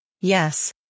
Yes